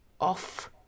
off